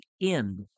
end